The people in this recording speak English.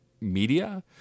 media